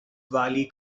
valley